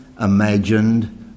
imagined